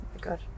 Good